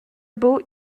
buc